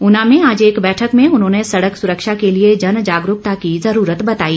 उना में आज एक बैठक में उन्होंने सड़क सुरक्षा के लिए जन जागरूकता की जरूरत बताई